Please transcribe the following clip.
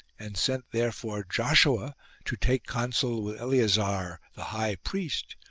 and sent therefore joshua to take counsel with eleasar, the high priest,